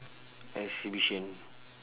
exhibition